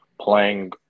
playing